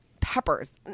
peppers